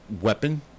weapon